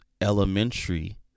elementary